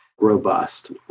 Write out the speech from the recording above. robust